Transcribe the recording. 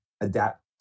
adapt